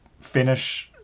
finish